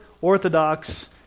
Orthodox